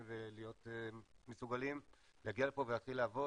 ולהיות מסוגלים להגיע לפה ולהתחיל לעבוד.